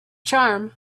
charm